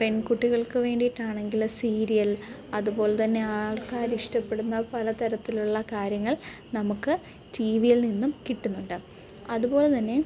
പെൺകുട്ടികൾക്ക് വേണ്ടിയിട്ടാണെങ്കിൽ സീരിയൽ അതുപോലെത്തന്നെ ആൾക്കാരിഷ്ടപ്പെടുന്ന പല തരത്തിലുള്ള കാര്യങ്ങൾ നമുക്ക് ടീ വിയിൽ നിന്നും കിട്ടുന്നുണ്ട് അതുപോലെത്തന്നെ